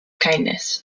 kindness